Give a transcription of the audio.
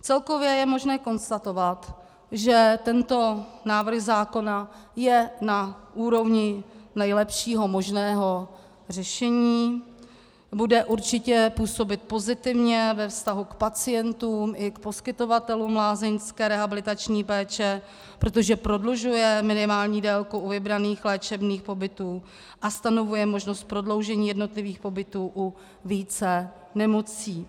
Celkově je možné konstatovat, že tento návrh zákona je na úrovni nejlepšího možného řešení, bude určitě působit pozitivně ve vztahu k pacientům i k poskytovatelům lázeňské rehabilitační péče, protože prodlužuje minimální délku u vybraných léčebných pobytů a stanovuje možnost prodloužení jednotlivých pobytů u více nemocí.